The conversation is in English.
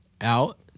out